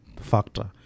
factor